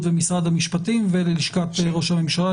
ומשרד המשפטים וללשכת ראש הממשלה,